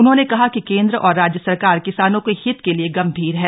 उन्होंने कहा कि केंद्र और राज्य सरकार किसानों के हित के लिए गम्भीर है